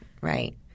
Right